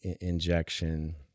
injection